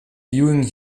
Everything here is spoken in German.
viewing